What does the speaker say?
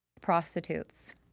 prostitutes